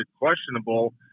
questionable